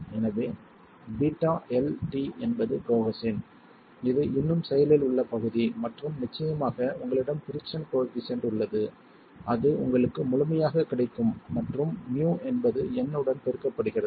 எனவே βlt என்பது கோஹெஸின் இது இன்னும் செயலில் உள்ள பகுதி மற்றும் நிச்சயமாக உங்களிடம் பிரிக்ஸன் கோயெபிசியன்ட் உள்ளது அது உங்களுக்கு முழுமையாகக் கிடைக்கும் மற்றும் μ என்பது N உடன் பெருக்கப்படுகிறது